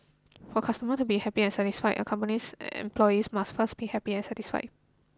for customer to be happy and satisfied a company's employees must first be happy and satisfied